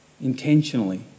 intentionally